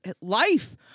life